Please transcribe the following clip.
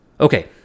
Okay